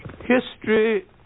History